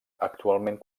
actualment